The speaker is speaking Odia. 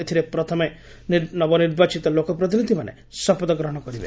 ଏଥିରେ ପ୍ରଥମେ ନବନିର୍ବାଚିତ ଲୋକପ୍ରତିନିଧିମାନେ ଶପଥଗୃହଣ କରିବେ